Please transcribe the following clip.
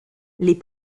les